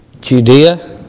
Judea